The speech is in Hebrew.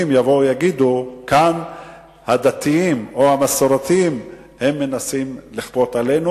יבואו ויגידו: "כאן הדתיים או המסורתיים מנסים לכפות עלינו",